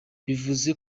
bivuze